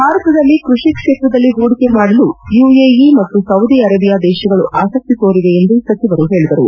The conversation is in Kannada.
ಭಾರತದಲ್ಲಿ ಕ್ವಡಿ ಕ್ಷೇತ್ರದಲ್ಲಿ ಹೂಡಿಕೆ ಮಾದಲು ಯುಎಇ ಮತ್ತು ಸೌದಿ ಅರೇಬಿಯಾ ದೇಶಗಳು ಆಸಕ್ತಿ ತೋರಿವೆ ಎಂದೂ ಸಚಿವರು ಹೇಳಿದರು